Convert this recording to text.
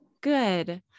Good